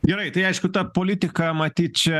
gerai tai aišku ta politika matyt čia